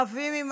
רבים עם